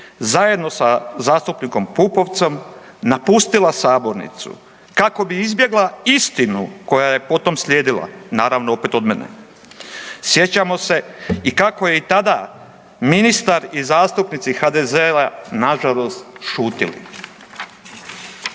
zajedno sa zastupnikom Pupovcem napustila Sabornicu, kako bi izbjegla istinu koja je potom slijedila, naravno opet od mene. Sjećamo se i kako je i tada ministar i zastupnici HDZ-a nažalost, šutili.